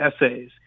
essays